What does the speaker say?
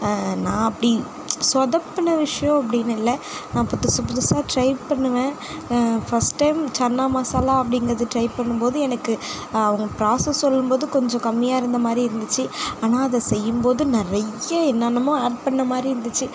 நான் அப்படி சொதப்புன விஷயம் அப்படின்னு இல்லை நான் புதுசு புதுசாக ட்ரை பண்ணுவேன் ஃபர்ஸ்ட் டைம் சன்னா மாசலா அப்படிங்குறது ட்ரை பண்ணும்போது எனக்கு அவங்க ப்ராசஸ் சொல்லும்போது கொஞ்சோம் கம்மியாக இருந்தமாதிரி இருந்துச்சு ஆனால் அது செய்யும்போது நிறைய என்னென்னமோ ஆட் பண்ணுண மாதிரி இருந்துச்சு